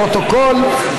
לפרוטוקול.